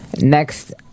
Next